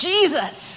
Jesus